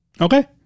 Okay